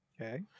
Okay